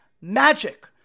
Magic